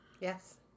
Yes